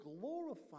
glorify